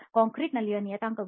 ಕಾಂಕ್ರೀಟ್ನಲ್ಲಿರುವ ನಿಯತಾಂಕಗಳು